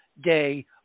day